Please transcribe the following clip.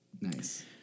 Nice